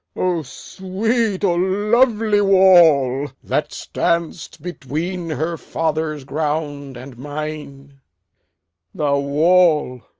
o sweet, o lovely wall, that stand'st between her father's ground and mine thou wall,